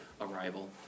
arrival